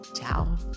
Ciao